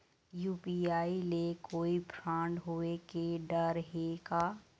UPI ले कोई fraud होए के डर हे का?